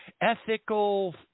ethical